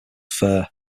fair